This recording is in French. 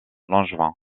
langevin